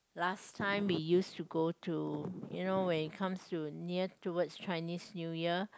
last time we used to go to you know when it comes to you near towards Chinese New Year